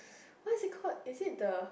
what is it called is it the